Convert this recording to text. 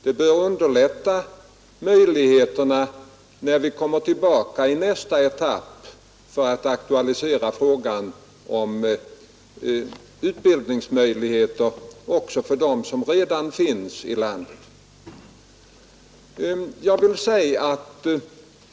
Det bör underlätta det för oss när vi i nästa etapp skall aktualisera frågan om utbildningsmöjligheter också för dem som redan finns i landet.